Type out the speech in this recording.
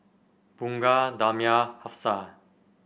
Bunga Damia Hafsa